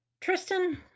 Tristan